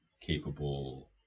capable